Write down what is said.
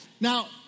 Now